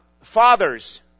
fathers